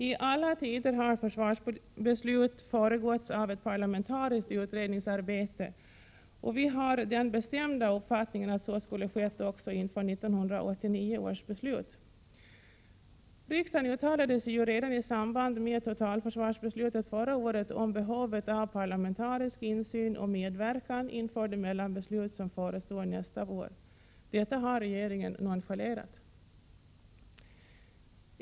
I alla tider har försvarsbeslut föregåtts av parlamentariskt utredningsarbete, och vi har den bestämda uppfattningen att så skulle ha skett också inför 1989 års beslut. Riksdagen uttalade redan i samband med totalförsvarsbeslutet förra året behovet av parlamentarisk insyn och medverkan inför det mellanbeslut som förestår nästa vår. Detta har regeringen nonchalerat.